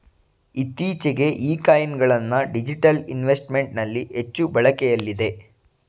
ಇತ್ತೀಚೆಗೆ ಈ ಕಾಯಿನ್ ಗಳನ್ನ ಡಿಜಿಟಲ್ ಇನ್ವೆಸ್ಟ್ಮೆಂಟ್ ನಲ್ಲಿ ಹೆಚ್ಚು ಬಳಕೆಯಲ್ಲಿದೆ